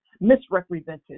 misrepresented